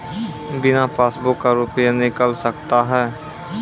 बिना पासबुक का रुपये निकल सकता हैं?